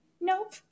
nope